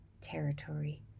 territory